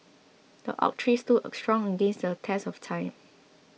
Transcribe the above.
the oak tree stood strong against the test of time